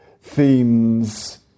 themes